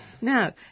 Now